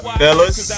fellas